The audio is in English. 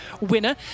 winner